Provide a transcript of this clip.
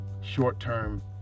short-term